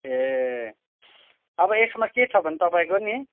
ए अब यसमा के छ भने तपाईँको नि